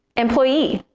employee.